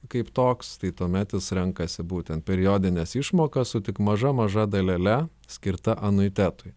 kaip toks tai tuomet jis renkasi būtent periodines išmokas su tik maža maža dalele skirta anuitetui